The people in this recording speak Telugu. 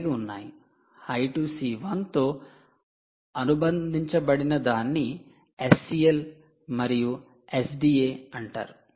'I2C one' తో అనుబంధించబడినదాన్ని 'SCL' మరియు 'SDA' అంటారు